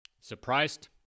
Surprised